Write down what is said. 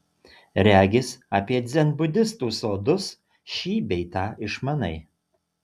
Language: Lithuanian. regis apie dzenbudistų sodus šį bei tą išmanai